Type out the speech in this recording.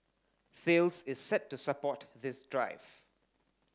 Thales is set to support this drive